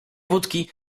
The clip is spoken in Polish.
wódki